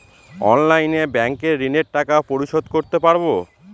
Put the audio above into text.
অনলাইনে ব্যাংকের ঋণের টাকা পরিশোধ করতে পারবো?